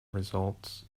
results